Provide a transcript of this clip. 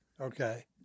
Okay